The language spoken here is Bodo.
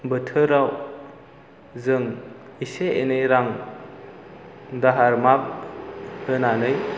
बोथोराव जों एसे एनै रां दाहार होनानै